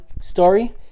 story